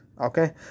Okay